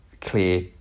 clear